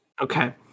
Okay